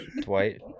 Dwight